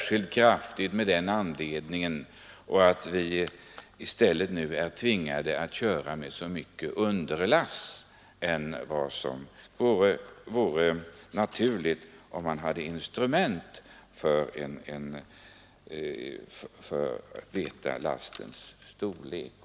Skall vi av den anledningen tvingas köra med större underlast än vad som vore naturligt om vi hade instrument för att bestämma lastens storlek, så att vi kunde veta hur man skall köra?